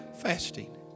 fasting